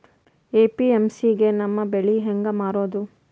APMC ಗೆ ನಮ್ಮ ಬೆಳಿ ಹೆಂಗ ಮಾರೊದ?